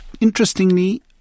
interestingly